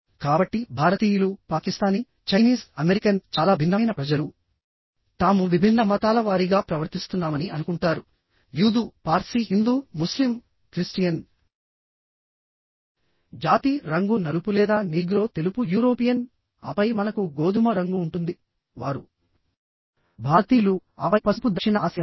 కాబట్టి భారతీయులు Pakistani Chinese American చాలా భిన్నమైన ప్రజలు తాము విభిన్న మతాల వారీగా ప్రవర్తిస్తున్నామని అనుకుంటారుయూదు పార్సీ హిందూముస్లిం క్రిస్టియన్ జాతిరంగు నలుపు లేదా నీగ్రో తెలుపు యూరోపియన్ ఆపై మనకు గోధుమ రంగు ఉంటుంది వారు భారతీయులు ఆపై పసుపు దక్షిణ ఆసియన్లు